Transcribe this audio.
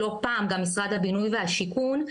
לא פעם גם משרד הבינוי והשיכון.